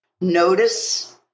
Notice